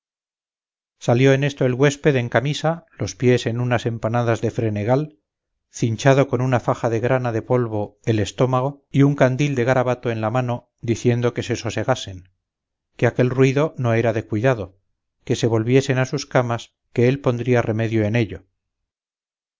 salió en esto el güésped en camisa los pies en unas empanadas de frenegal cinchado con una faja de grana de polvo el estómago y un candil de garabato en la mano diciendo que se sosegasen que aquel ruido no era de cuidado que se volviesen a sus camas que él pondría remedio en ello